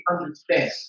understand